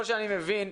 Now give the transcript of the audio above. מבין,